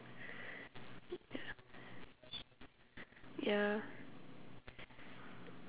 yeah